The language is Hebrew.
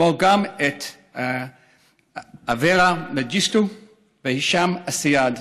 כמו גם את אברה מנגיסטו והישאם א-סייד,